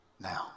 now